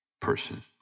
person